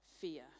fear